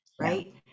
right